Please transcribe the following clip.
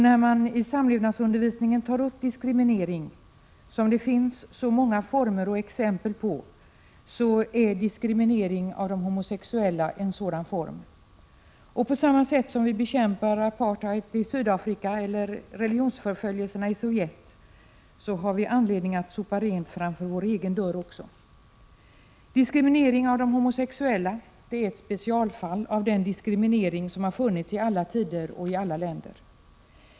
När man i samlevnadsundervisningen tar upp diskriminering, som det ju finns många former av och exempel på, så är diskriminering av de homosexuella en sådan form. På samma sätt som vi bekämpar apartheid i Sydafrika eller religionsförföljelserna i Sovjet har vi anledning att också sopa rent framför vår egen dörr. Diskriminering av de homosexuella är ett specialfall av den diskriminering som har funnits i alla tider och i alla länder.